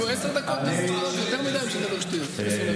עשר דקות זה יותר מדי בשביל לדבר שטויות.